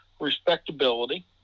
respectability